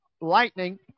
Lightning